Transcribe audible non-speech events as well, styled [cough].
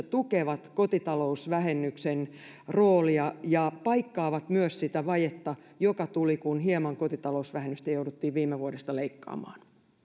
[unintelligible] tukevat kotitalousvähennyksen roolia ja paikkaavat myös sitä vajetta joka tuli kun hieman kotitalousvähennystä jouduttiin viime vuodesta leikkaamaan